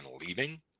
leaving